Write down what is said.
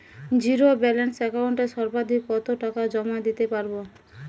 Zero balance একাউন্টে সর্বাধিক কত টাকা জমা দিতে পারব?